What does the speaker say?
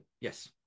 yes